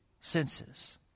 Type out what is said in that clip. senses